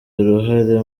uruhare